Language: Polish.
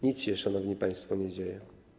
Nic się, szanowni państwo, nie dzieje.